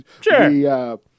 Sure